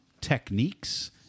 techniques